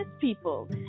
people